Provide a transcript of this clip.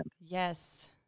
Yes